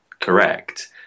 correct